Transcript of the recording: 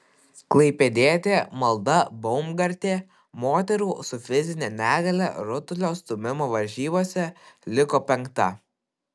klaipėdietė malda baumgartė moterų su fizine negalia rutulio stūmimo varžybose liko penkta